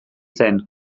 zen